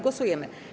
Głosujemy.